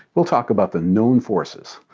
we'll talk about the known forces.